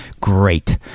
great